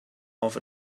off